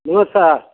नमस्कार